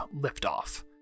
liftoff